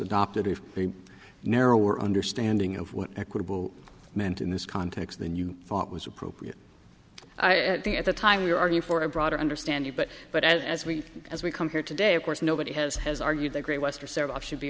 adopted a narrower understanding of what equitable meant in this context than you thought was appropriate at the at the time you argue for a broader understanding but but as we as we come here today of course nobody has has argued the great western service should be